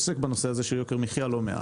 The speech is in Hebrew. עוסק בנושא הזה של יוקר המחיה לא מעט.